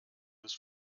des